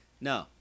No